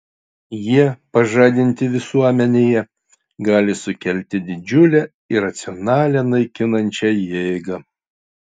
jie pažadinti visuomenėje gali sukelti didžiulę iracionalią naikinančią jėgą